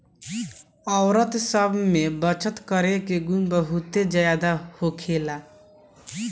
औरत सब में बचत करे के गुण बहुते ज्यादा होखेला